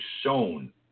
shown